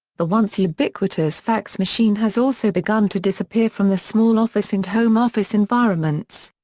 the once ubiquitous fax machine has also begun to disappear from the small office and home office environments.